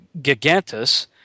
gigantus